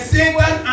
Satan